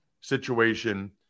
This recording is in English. situation